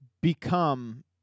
become